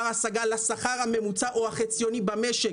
ההשגה לשכר הממוצע או החציוני במשק.